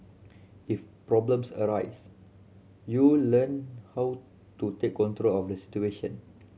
if problems arise you learn how to take control of the situation